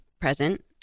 present